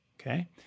Okay